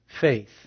faith